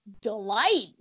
delight